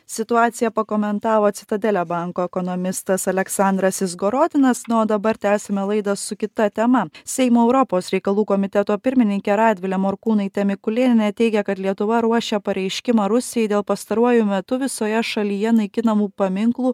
situaciją pakomentavo citadele banko ekonomistas aleksandras izgorodinas na o dabar tęsiame laidą su kita tema seimo europos reikalų komiteto pirmininkė radvilė morkūnaitė mikulėnienė teigia kad lietuva ruošia pareiškimą rusijai dėl pastaruoju metu visoje šalyje naikinamų paminklų